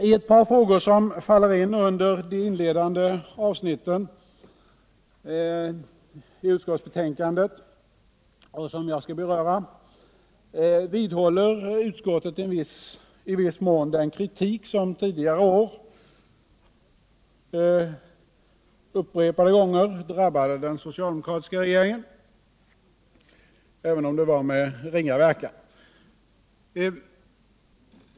I ett par frågor, som faller in under de inledande avsnitten i utskottsbetänkandet och som jag skall beröra, vidhåller utskottet i viss mån den kritik som tidigare år upprepade gånger drabbade den socialdemokratiska regeringen — även om det var med ringa verkan.